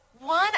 one